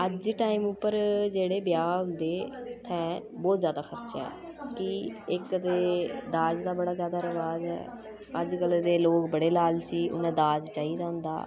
अज्ज टाइम उप्पर जेह्ड़े ब्याह् होंदे उत्थे बौह्त ज्यादा खर्चा ऐ कि इक ते दाज दा बड़ा ज्य़ादा रवाज़ ऐ अज्जकल्लै दे लोक बड़े लालची उ'नें दाज चाहिदा होंदा